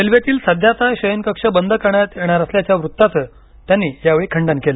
रेल्वेतील सध्याचा शयनकक्ष बंद करण्यात येणार असल्याच्या वृत्ताचं त्यांनी यावेळी खंडन केलं